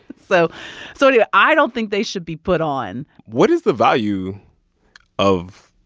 so so anyway, i don't think they should be put on what is the value of,